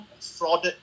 frauded